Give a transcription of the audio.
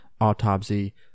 Autopsy